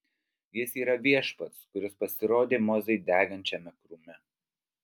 jis yra viešpats kuris pasirodė mozei degančiame krūme